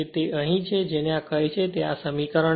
તેથી અહીં તે છે જેને આ કહે છે તે આ સમીકરણ છે